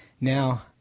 Now